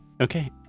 okay